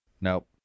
Nope